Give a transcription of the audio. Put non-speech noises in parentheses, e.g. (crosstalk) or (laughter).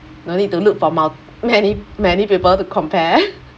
no need to look for mult~ (laughs) many many people to compare